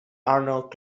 arnold